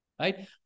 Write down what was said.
right